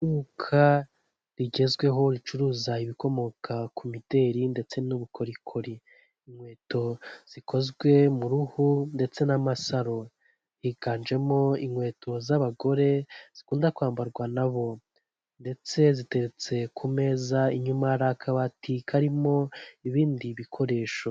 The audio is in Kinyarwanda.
Iduka rigezweho ricuruza ibikomoka ku mideli ndetse n'ubukorikori, inkweto zikozwe mu ruhu ndetse n'amasaro, higanjemo inkweto z'abagore zikunda kwambarwa nabo, ndetse zitetse ku meza inyuma hari akabati karimo ibindi bikoresho.